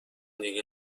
دیگه